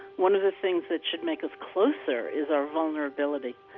one of the things that should make us closer is our vulnerability,